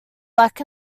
black